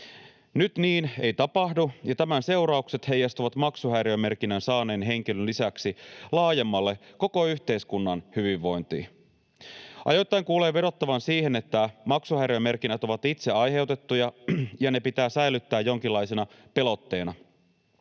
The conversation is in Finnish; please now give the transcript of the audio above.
Nyt niin ei tapahdu, ja tämän seuraukset heijastuvat maksuhäiriömerkinnän saaneen henkilön lisäksi laajemmalle koko yhteiskunnan hyvinvointiin. Ajoittain kuulee vedottavan siihen, että maksuhäiriömerkinnät ovat itse aiheutettuja ja ne pitää säilyttää jonkinlaisena pelotteena.